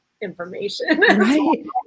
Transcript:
information